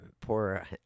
poor